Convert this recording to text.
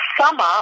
summer